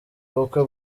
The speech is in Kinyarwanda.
ubukwe